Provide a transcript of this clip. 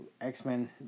X-Men